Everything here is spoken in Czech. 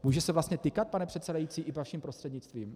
Může se vlastně tykat, pane předsedající, i vaším prostřednictvím?